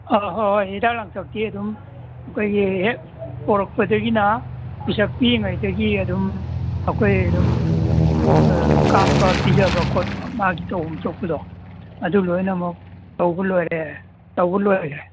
ꯑꯥ ꯍꯣꯏ ꯍꯣꯏ ꯍꯤꯗꯥꯛ ꯂꯥꯡꯊꯛꯇꯤ ꯑꯗꯨ ꯑꯩꯈꯣꯏꯒꯤ ꯍꯦꯛ ꯄꯨꯔꯛꯄꯗꯒꯤꯅ ꯄꯤꯁꯛ ꯄꯤꯛꯏꯉꯩꯗꯒꯤ ꯑꯗꯨꯝ ꯑꯩꯈꯣꯏ ꯑꯗꯨꯝ ꯀꯥꯞꯄ ꯄꯤꯖꯕ ꯈꯣꯠꯄ ꯃꯥꯒꯤ ꯇꯧꯕꯝ ꯊꯣꯛꯄꯗꯣ ꯑꯗꯨ ꯂꯣꯏꯅꯃꯛ ꯇꯧꯕ ꯂꯣꯏꯔꯦ ꯇꯧꯕ ꯂꯣꯏꯒ꯭ꯔꯦ